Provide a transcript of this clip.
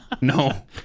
No